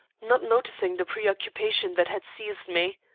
not noticing the preoccupation that had seized me,